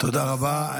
תודה רבה.